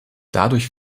dadurch